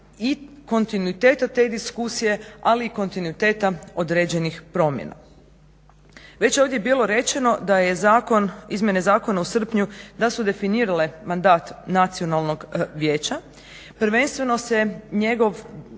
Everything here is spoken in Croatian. i kontinuiteta te diskusije ali i kontinuiteta određenih promjena. Već je ovdje bilo rečeno da su izmjene zakona u srpnju definirale mandat Nacionalnog vijeća. Prvenstveno se njegov